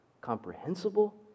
comprehensible